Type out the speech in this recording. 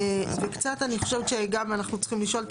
וקצת אני חושבת שגם אנחנו צריכים לשאול את